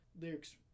lyrics